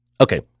Okay